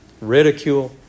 ridicule